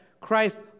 Christ